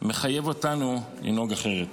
מחייב אותנו לנהוג אחרת.